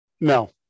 No